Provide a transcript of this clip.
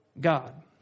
God